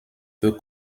peu